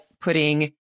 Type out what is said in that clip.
putting